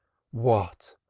what!